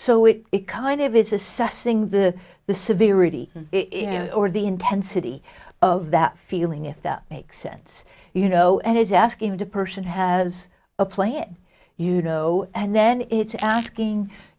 so it it kind of is assessing the the severe of it or the intensity of that feeling if that makes sense you know and it's asking the person has a plan you know and then it's asking